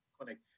clinic